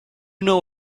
know